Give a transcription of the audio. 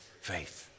faith